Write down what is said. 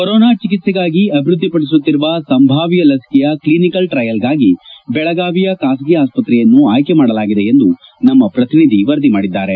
corona ಚಿಕಿತ್ಸೆಗಾಗಿ ಅಭಿವೃದ್ಧಿ ಪಡಿಸುತ್ತಿರುವ ಸಂಭಾವ್ಯ ಲಸಿಕೆಯ ಕ್ಷಿನಿಕಲ್ ಟ್ರಯಲ್ಗೆ ದೆಳಗಾವಿಯ ಬಾಸಗಿ ಆಸ್ತ್ರೆಯನ್ನು ಆಯ್ತೆ ಮಾಡಲಾಗಿದೆ ಎಂದು ನಮ್ನ ಪ್ರತಿನಿಧಿ ವರದಿ ಮಾಡಿದ್ದಾರೆ